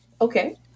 okay